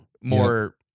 More